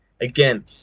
Again